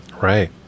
right